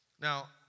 Now